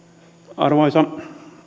arvoisa